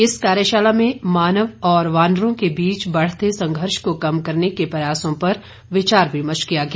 इस कार्यशाला में मानव और वानरों के बीच बढ़ते संघर्ष को कम करने के प्रयासों पर विचार विमर्श किया गया